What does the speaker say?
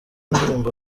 ndirimbo